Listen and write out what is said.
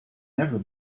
never